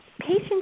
patients